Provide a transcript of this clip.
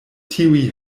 tiuj